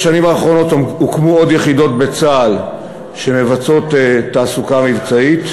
בשנים האחרונות הוקמו בצה"ל עוד יחידות שמבצעות תעסוקה מבצעית,